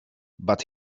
but